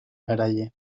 garaile